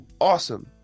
awesome